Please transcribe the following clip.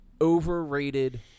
overrated